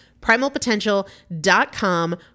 Primalpotential.com